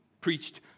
preached